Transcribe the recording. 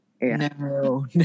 no